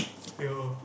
ya